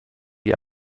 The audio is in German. die